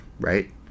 right